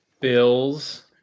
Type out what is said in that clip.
Bills